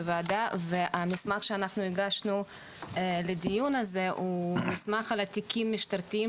המסמך שאנחנו הגשנו לדיון הזה הוא מסמך על תיקים משטרתיים